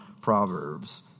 Proverbs